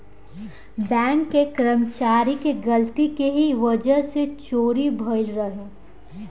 bank के कर्मचारी के गलती के ही वजह से चोरी भईल रहे